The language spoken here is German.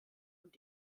und